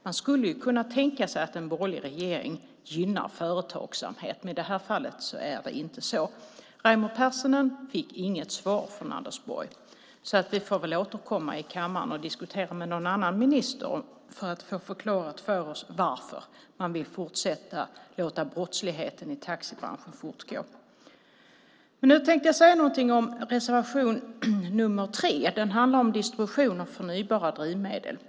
Man skulle kunna tänka sig att en borgerlig regering skulle gynna företagsamhet. Men i det här fallet är det inte så. Raimo Pärssinen fick inget svar från Anders Borg. Vi får väl återkomma i kammaren och diskutera med någon annan minister för att få förklarat för oss varför man vill låta brottsligheten i taxibranschen fortgå. Nu tänkte jag säga någonting om reservation 3. Den handlar om distribution av förnybara drivmedel.